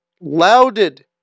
lauded